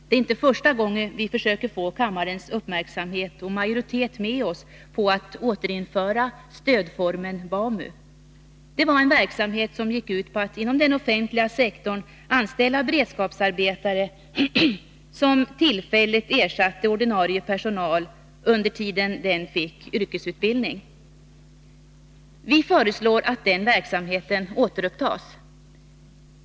Det är inte första gången vi försöker fästa kammarens uppmärksamhet och förmå majoriteten att stödja vårt krav på att återinföra stödformen BAMU. Det var en verksamhet som gick ut på att inom den offentliga sektorn anställa beredskapsarbetare som tillfälligt ersatte ordinarie personal under tiden den fick yrkesutbildning. Vi föreslår att den verksamheten återupptas.